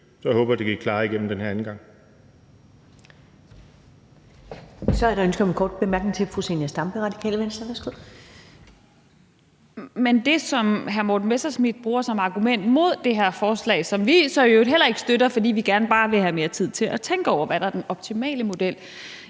(Karen Ellemann): Så er der ønske om en kort bemærkning fra fru Zenia Stampe. Værsgo. Kl. 20:34 Zenia Stampe (RV): Men det, som hr. Morten Messerschmidt bruger som argument mod det her forslag, som vi så i øvrigt heller ikke støtter – fordi vi bare gerne vil have mere tid til at tænke over, hvad der er den optimale model